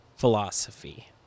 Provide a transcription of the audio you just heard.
Philosophy